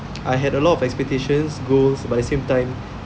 I had a lot of expectations goals but at the same time